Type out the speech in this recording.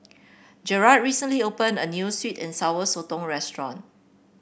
Jarad recently opened a new sweet and Sour Sotong restaurant